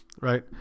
right